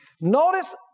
Notice